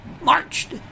marched